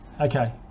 Okay